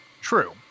True